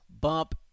bump